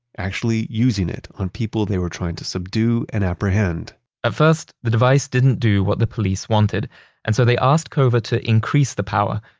actually using it on people they were trying to subdue and apprehend at first, the device didn't do what the police wanted and so they asked cover to increase the power,